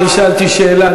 אני שאלתי שאלה,